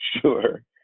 sure